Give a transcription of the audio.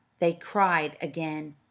they cried again.